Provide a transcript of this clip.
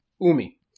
Umi